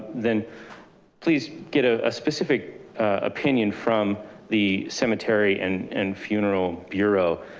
then please get a ah specific opinion from the cemetery and and funeral bureau.